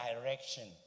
direction